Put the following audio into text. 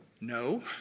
No